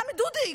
גם את דודי,